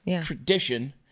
tradition